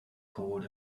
called